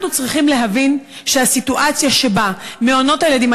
אנחנו צריכים להבין שסיטואציה שבה מעונות הילדים,